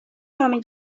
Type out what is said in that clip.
parmi